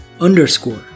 underscore